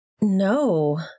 No